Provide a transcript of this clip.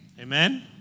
Amen